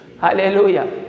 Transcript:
Hallelujah